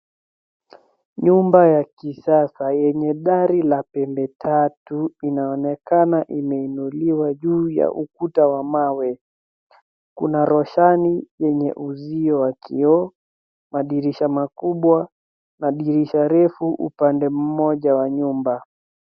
Nyumba ya kisasa yenye dari la pembe tatu inaonekana imeinuliwa juu ya ukuta wa mawe. Kuna roshani yenye uzio wa kioo, madirisha makubwa na dirisha refu upande mmoja wa nyumba.